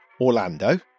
Orlando